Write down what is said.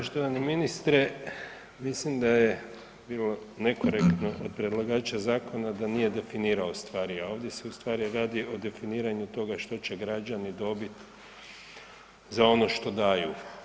Poštovani ministre, mislim da je bilo nekorektno od predlagača zakona da nije definirao stvari ovdje, a ovdje se ustvari radi o definiranju toga što će građani dobiti za ono što daju.